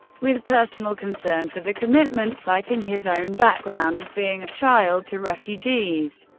with personal concern for the commitment, citing his own background as being a child to refugees.